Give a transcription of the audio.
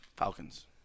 Falcons